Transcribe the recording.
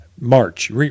March